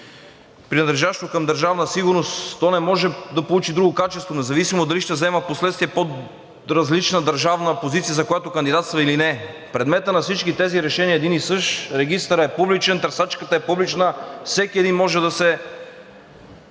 принадлежащо към Държавна сигурност, то не може да получи друго качество, независимо дали ще заема впоследствие по-различна държавна позиция, за която кандидатства, или не. Предметът на всички тези решения е един и същ, регистърът е публичен, търсачката е публична и всеки един може да се